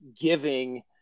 giving